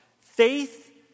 Faith